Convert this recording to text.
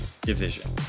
division